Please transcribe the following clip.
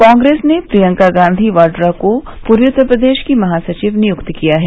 कांग्रेस ने प्रियंका गांधी वाड्रा को पूर्वी उत्तर प्रदेश की महासचिव निय्क्त किया है